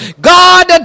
god